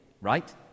right